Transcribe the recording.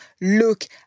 look